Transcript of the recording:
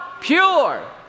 pure